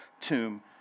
tomb